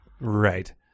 Right